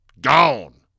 Gone